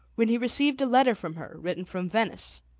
when he received a letter from her, written from venice.